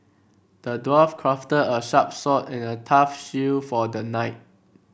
the dwarf crafted a sharp sword and a tough shield for the knight